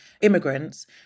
immigrants